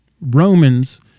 Romans